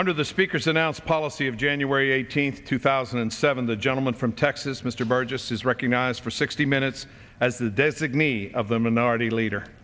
under the speaker's announced policy of january eighteenth two thousand and seven the gentleman from texas mr burgess is recognized for sixty minutes as the designee of the minority leader